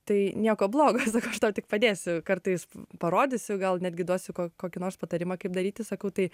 tai nieko blogo sakau aš tau tik padėsiu kartais parodysiu gal netgi duosiu kokį nors patarimą kaip daryti sakau tai